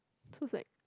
so is like